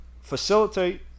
facilitate